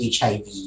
HIV